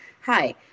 Hi